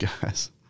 guys